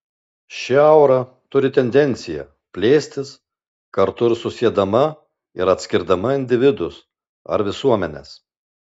ši aura turi tendenciją plėstis kartu ir susiedama ir atskirdama individus ar visuomenes